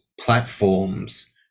platforms